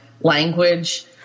language